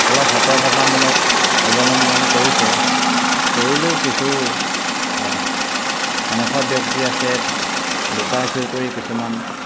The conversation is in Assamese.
অলপ সতৰ্কতামূলক অৱলম্বন কৰিছে কৰিলেও কিছু এনেকুৱা ব্যক্তি আছে লুকাই চুৰ কৰি কিছুমান